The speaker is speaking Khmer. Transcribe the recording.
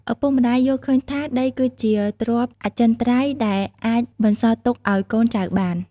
ឪពុកម្ដាយយល់ឃើញថា ដីគឺជាទ្រព្យអចិន្ត្រៃយ៍ដែលអាចបន្សល់ទុកឱ្យកូនចៅបាន។